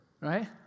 right